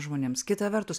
žmonėms kita vertus